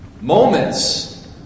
moments